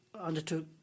undertook